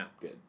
good